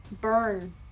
burn